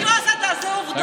זה לא הסתה, זה עובדות.